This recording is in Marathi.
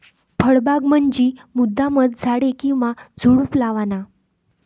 फळबाग म्हंजी मुद्दामचं झाडे किंवा झुडुप लावाना